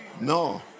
No